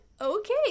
Okay